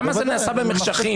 למה זה נעשה במחשכים?